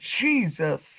Jesus